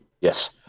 Yes